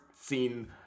seen